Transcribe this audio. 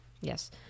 yes